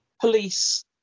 police